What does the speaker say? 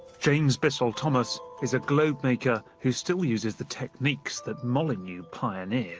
james bissell-thomas is a globe-maker who still uses the techniques that molyneux pioneered